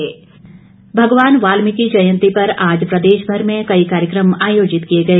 वाल्मीकि जयंती भगवान वाल्मीकि जयंती पर आज प्रदेशभर में कई कार्यकम आयोजित किए गए